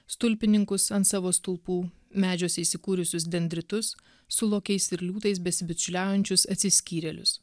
stulpininkus ant savo stulpų medžiuose įsikūrusius dendritus su lokiais ir liūtais besibičiuliaujančius atsiskyrėlius